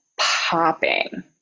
popping